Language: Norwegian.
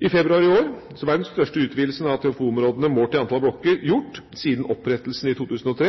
I februar i år ble den største utvidelsen av TFO-området målt i antall blokker gjort siden opprettelsen i 2003.